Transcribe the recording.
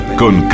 con